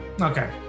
Okay